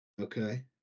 Okay